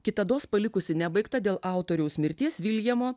kitados palikusi nebaigtą dėl autoriaus mirties viliamo